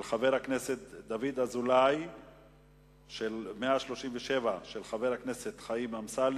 2009, של חברי הכנסת שלי יחימוביץ וחיים כץ,